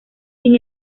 sin